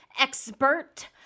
expert